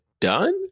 done